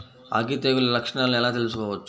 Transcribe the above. అగ్గి తెగులు లక్షణాలను ఎలా తెలుసుకోవచ్చు?